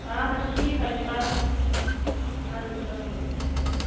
اَدٕ حظ ٹھیٖک حظ چھِ اَدٕ حظ اَدٕ حظ السلام علیکُم